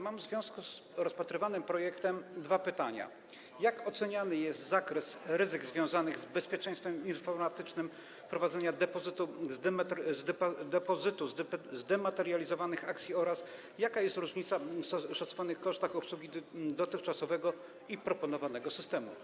Mam w związku z rozpatrywanym projektem dwa pytania: Jak oceniany jest zakres ryzyk związanych z bezpieczeństwem informatycznym prowadzenia depozytu zdematerializowanych akcji oraz jaka jest różnica w szacowanych kosztach obsługi dotychczasowego i proponowanego systemu?